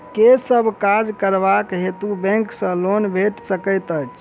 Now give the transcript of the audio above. केँ सब काज करबाक हेतु बैंक सँ लोन भेटि सकैत अछि?